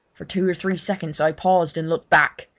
for two or three seconds i paused and looked back.